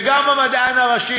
וגם המדען הראשי,